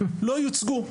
לא יוצגו.